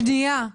שנייה,